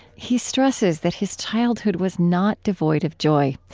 he stresses that his childhood was not devoid of joy.